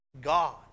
God